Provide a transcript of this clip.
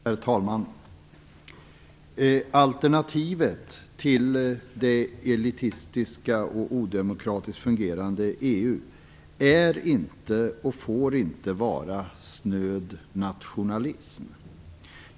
Herr talman! Alternativet till det elitistiska och odemokratiskt fungerande EU är inte och får inte vara snöd nationalism.